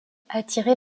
attiré